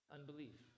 Unbelief